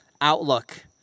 outlook